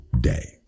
day